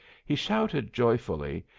he shouted joyfully,